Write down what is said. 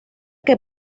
que